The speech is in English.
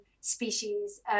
species